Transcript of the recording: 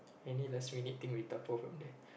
any last minute thing we tabao from there